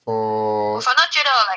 for